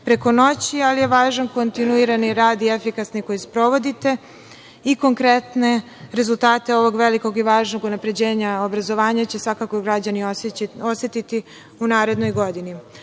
preko noći, ali je važan kontinuirani rad i efikasni, koji sprovodite i konkretne rezultate ovog velikog i važnog unapređenja obrazovanja će svakako građani osetiti u narednoj godini. Pred